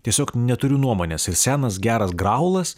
tiesiog neturiu nuomonės ir senas geras graulas